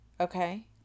okay